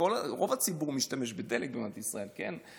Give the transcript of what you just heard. ורוב הציבור משתמש בדלק במדינת ישראל, כן.